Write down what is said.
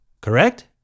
correct